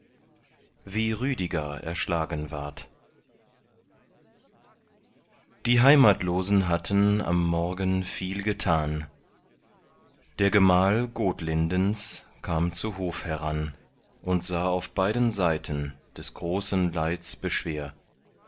wie rüdiger erschlagen ward die heimatlosen hatten am morgen viel getan der gemahl gotlindens kam zu hof heran und sah auf beiden seiten des großen leids beschwer